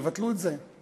שיבטלו את זה.